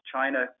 China